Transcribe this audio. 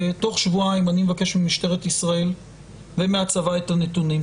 תוך שבועיים אני מבקש ממשטרת ישראל ומהצבא את הנתונים,